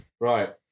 right